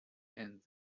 and